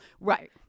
Right